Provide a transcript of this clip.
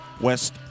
West